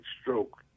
stroke